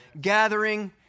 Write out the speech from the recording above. gathering